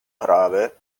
prave